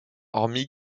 hormis